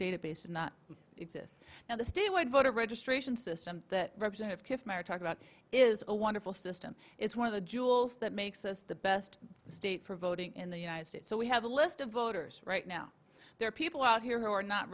database does not exist now the statewide voter registration system that representative talk about is a wonderful system it's one of the jewels that makes us the best state for voting in the united states so we have a list of voters right now there are people out here who are not